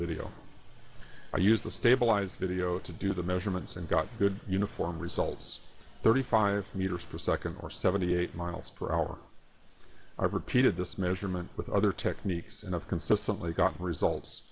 video i use the stabilized video to do the measurements and got good uniform results thirty five meters per second or seventy eight miles per hour i repeated this measurement with other techniques and of consistently gotten results